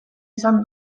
izan